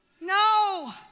No